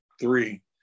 three